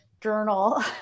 journal